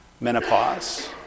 menopause